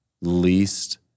least